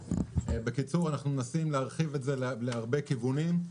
בקיצור, אנחנו מנסים להרחיב את זה להרבה כיוונים.